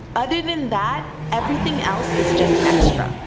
other than that, everything else is just extra.